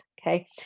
okay